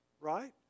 right